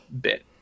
bit